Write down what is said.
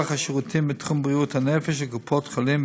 השירותים בתחום בריאות הנפש של קופות-חולים,